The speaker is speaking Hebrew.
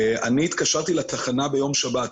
אני התקשרתי לתחנה ביום שבת,